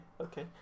okay